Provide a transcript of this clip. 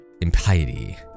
impiety